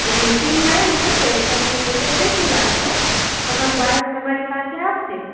એટલે સીનમાં આવું છે કે તમે એક જગ્યાએ બેઠેલા હશો તમારું બાળક તમારી પાસે આવશે